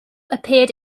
appeared